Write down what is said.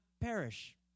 perish